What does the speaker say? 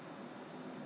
I see